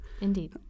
Indeed